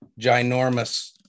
ginormous